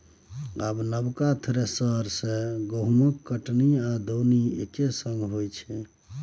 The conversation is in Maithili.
आब नबका थ्रेसर सँ गहुँमक कटनी आ दौनी एक्के संग होइ छै